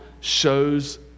shows